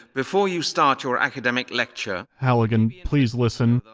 before you start your academic lecture halligan, please listen,